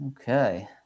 Okay